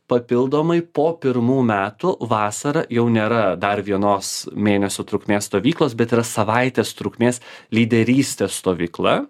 papildomai po pirmų metų vasarą jau nėra dar vienos mėnesio trukmės stovyklos bet yra savaitės trukmės lyderystės stovykla